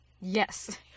Yes